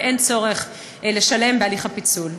ואין צורך לשלם בהליך הפיצול.